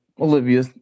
Olivia